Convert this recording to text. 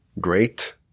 great